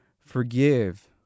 forgive